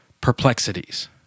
perplexities